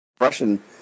Russian